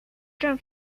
政府